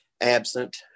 absent